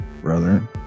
brother